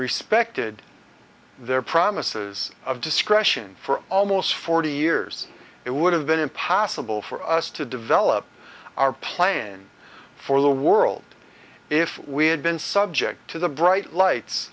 respected their promises of discretion for almost forty years it would have been impossible for us to develop our plans for the world if we had been subject to the bright lights